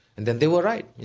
and and they were right.